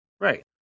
Right